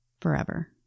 forever